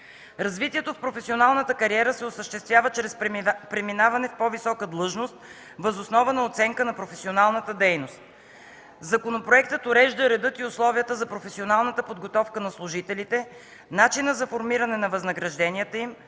Развитието в професионалната кариера се осъществява чрез преминаване в по-висока длъжност въз основа на оценка на професионалната дейност. Законопроектът урежда редът и условията за професионалната подготовка на служителите, начина за формиране на възнагражденията им,